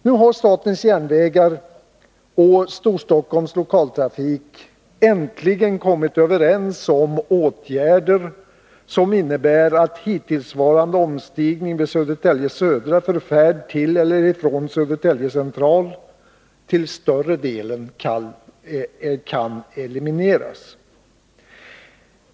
Nu har statens järnvägar och Storstockholms Lokaltrafik äntligen kommit överens om åtgärder, som innebär att hittillsvarande omstigning vid Södertälje Södra för färd till eller från Södertälje central till större delen kan elimineras.